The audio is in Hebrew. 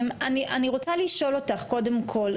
אני רוצה לשאול אותך קודם כל,